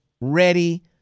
ready